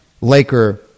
Laker